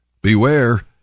Beware